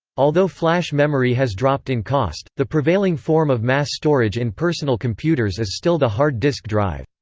although flash memory has dropped in cost, the prevailing form of mass storage in personal computers is still the hard disk drive.